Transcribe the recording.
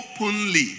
openly